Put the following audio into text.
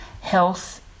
health